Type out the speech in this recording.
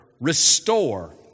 restore